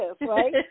Right